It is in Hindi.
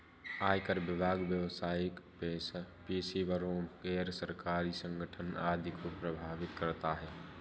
आयकर विभाग व्यावसायिक पेशेवरों, गैर सरकारी संगठन आदि को प्रभावित करता है